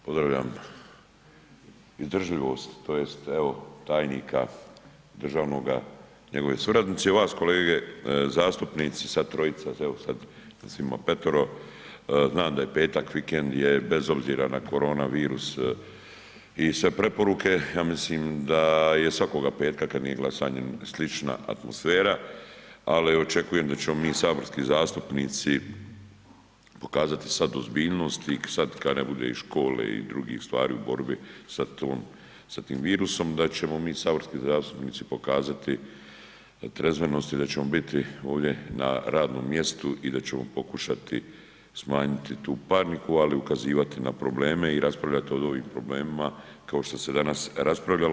Evo, pozdravljam izdržljivost tj. evo tajnika državnoga i njegove suradnice i vas kolege zastupnici, sva trojica, evo sad nas ima 5-ero, znan da je petak, vikend je, bez obzira na korona virus i sve preporuke ja mislim da je svakoga petka kad nije glasanje slična atmosfera, ali očekujem da ćemo mi saborski zastupnici pokazati sad ozbiljnost i sad kad ne bude i škole i drugih stvari u borbi sa tom, sa tim virusom, da ćemo mi saborski zastupnici pokazati trezvenost i da ćemo biti ovdje na radnom mjestu i da ćemo pokušati smanjiti tu paniku, ali i ukazivati na probleme i raspravljat od ovim problemima kao što se danas raspravljalo.